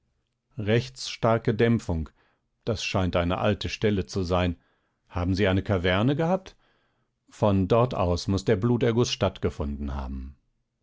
starke dämpfung das scheint eine alte stelle zu sein haben sie eine kaverne gehabt von dort aus muß der bluterguß stattgefunden haben